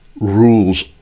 rules